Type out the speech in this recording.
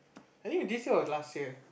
I think this year or last year